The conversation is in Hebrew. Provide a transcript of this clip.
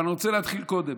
אבל אני רוצה להתחיל קודם